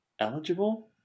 eligible